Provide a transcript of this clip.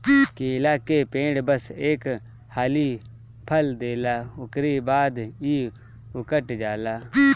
केला के पेड़ बस एक हाली फल देला उकरी बाद इ उकठ जाला